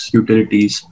utilities